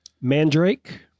mandrake